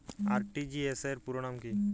RTGS র পুরো নাম কি?